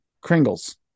Kringle's